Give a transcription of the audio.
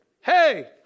hey